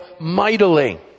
mightily